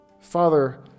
father